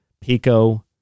Pico